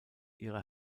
ihre